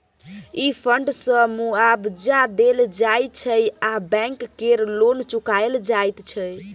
ई fund सँ मुआबजा देल जाइ छै आ बैंक केर लोन चुकाएल जाइत छै